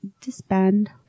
disband-